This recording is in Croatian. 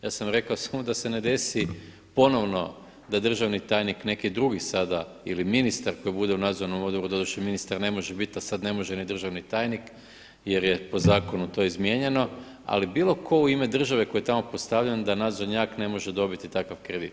Ja sam rekao samo da se ne desi ponovno da državni tajnik neki drugi sada ili ministar koji bude u nadzornom odboru, doduše ministar ne može biti a sada ne može ni državni tajnik jer je po zakonu to izmijenjeno, ali bilo tko u ime države tko je tamo postavljen da nadzornjak ne može dobiti dobiti takav kredit.